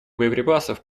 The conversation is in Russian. боеприпасов